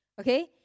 Okay